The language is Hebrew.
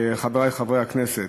חברי חברי הכנסת,